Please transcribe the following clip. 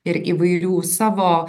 ir įvairių savo